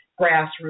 grassroots